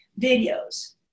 videos